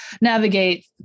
navigate